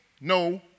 no